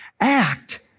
Act